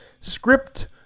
script